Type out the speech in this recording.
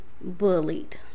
bullied